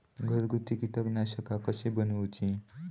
घरगुती कीटकनाशका कशी बनवूची?